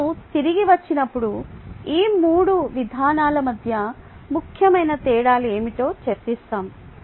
మేము తిరిగి వచ్చినప్పుడు ఈ మూడు విధానాల మధ్య ముఖ్యమైన తేడాలు ఏమిటో చర్చిస్తాము